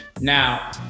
Now